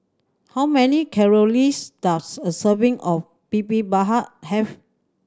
how many calories does a serving of Bibimbap have